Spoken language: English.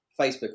Facebook